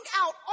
out